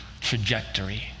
trajectory